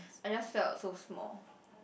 I just felt so small